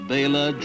Bela